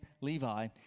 Levi